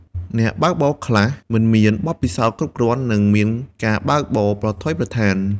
អ្នកបើកបរខ្លះមិនមានបទពិសោធន៍គ្រប់គ្រាន់និងមានការបើកបរប្រថុយប្រថាន។